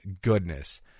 goodness